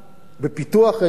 בפיתוח האזור.